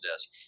desk